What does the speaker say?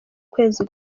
kwezi